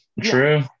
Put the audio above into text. True